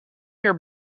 your